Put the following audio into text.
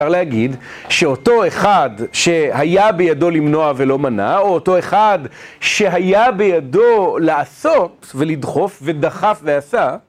אפשר להגיד שאותו אחד שהיה בידו למנוע ולא מנע, או אותו אחד שהיה בידו לעשות ולדחוף ודחף ועשה